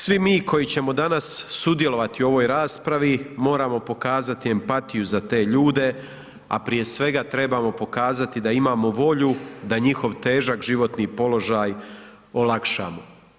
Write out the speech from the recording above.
Svi mi koji ćemo danas sudjelovati u ovoj raspravi moramo pokazati empatiju za te ljude, a prije svega trebamo pokazati da imamo volju da njihov težak životni položaj olakšamo.